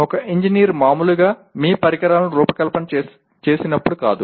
ఒక ఇంజనీర్ మామూలుగా మీ పరికరాలను రూపకల్పన చేసినప్పుడు కాదు